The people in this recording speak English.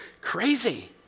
crazy